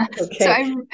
Okay